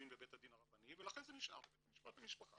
בבית הדין הרבני ולכן זה נשאר בבית דין לענייני משפחה.